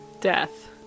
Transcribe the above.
death